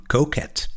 Coquette